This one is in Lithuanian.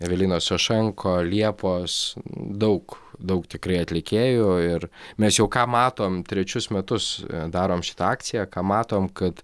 evelinos sašenko liepos daug daug tikrai atlikėjų ir mes jau ką matom trečius metus darom šitą akciją ką matom kad